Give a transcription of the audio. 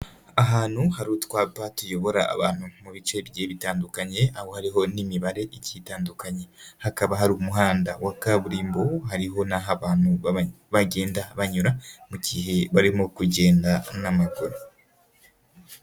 Ahantu hari utwapaki tuyobora abantu mu bice bigiye bitandukanye, aho hariho n'imibare igiye itandukanye, hakaba hari umuhanda wa kaburimbo hariho n'aho abantu bagenda banyura mu gihe barimo kugenda n'amaguru.